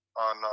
on